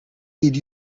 did